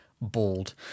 bald